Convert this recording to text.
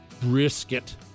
brisket